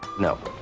no.